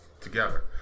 together